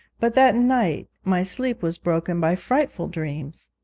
but that night my sleep was broken by frightful dreams.